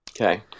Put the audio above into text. okay